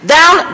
Down